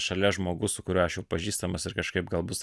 šalia žmogus su kuriuo aš jau pažįstamas ir kažkaip gal bus